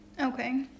Okay